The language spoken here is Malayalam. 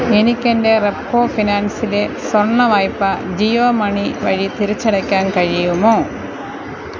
എനിക്ക് എന്റെ റെപ്കൊ ഫിനാൻസിലെ സ്വർണ്ണ വായ്പ്പ ജിയോ മണി വഴി തിരിച്ചടയ്ക്കാൻ കഴിയുമോ